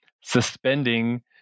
suspending